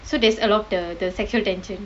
so there's a lot of the the sexual tension